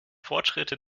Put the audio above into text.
fortschritte